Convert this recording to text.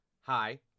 hi